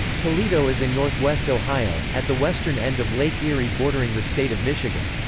toledo is in northwest ohio, at the western end of lake erie bordering the state of michigan.